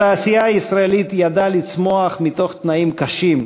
התעשייה הישראלית ידעה לצמוח מתוך תנאים קשים,